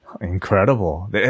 Incredible